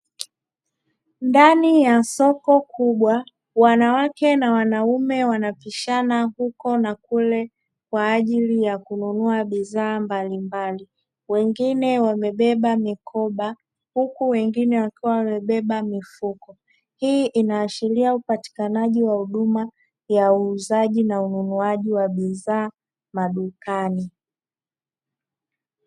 Ndani ya soko kubwa wanawake na wanaume wanapishana huko na kule kwajili ya kununua bidhaa mbalimbali wengine wamebeba mikoba, huku wengine wakiwa wamebeba mifuko. Hii inaashiria kuwa upatikajia wa huduma ya uuzaji na ununuaji wa bidhaa madukani.